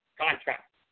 Contract